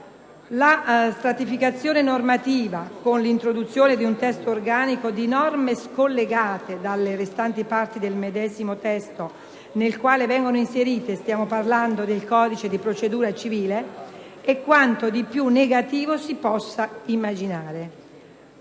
La stratificazione normativa, con l'introduzione in un testo organico di norme scollegate dalle restanti parti del medesimo testo nel quale vengono inserite - stiamo parlando del codice di procedura civile - è quanto di più negativo si possa immaginare.